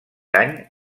any